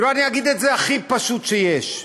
אני אגיד את זה הכי פשוט שיש: